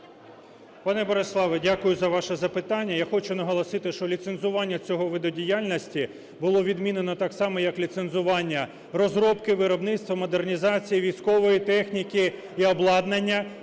Пане Бориславе, дякую за ваше запитання. Я хочу наголосити, що ліцензування цього виду діяльності було відмінено так само, як ліцензування розробки, виробництва, модернізації військової техніки і обладнання.